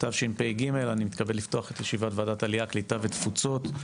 תשפ"ג אני מתכבד לפתוח את ישיבת ועדת עלייה קליטה ותפוצות,